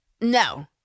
No